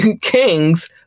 King's